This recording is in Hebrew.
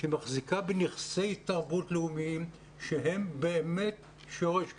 שמחזיקה בנכסי תרבות לאומיים שהם באמת שורש קיומנו,